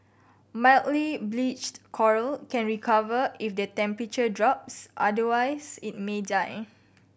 mildly bleached coral can recover if the temperature drops otherwise it may die